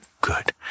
good